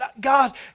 God